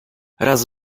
raz